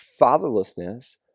fatherlessness